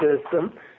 system